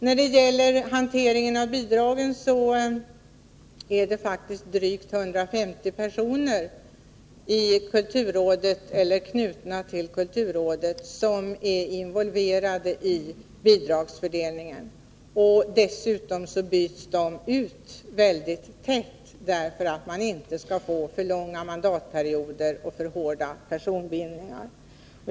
När det gäller hantering av bidragen är faktiskt drygt 150 personer knutna till kulturrådet involverade i bidragsfördelningen. Dessutom byts de ut väldigt tätt, därför att man inte skall ha för långa mandatperioder och få för hårda personbindningar.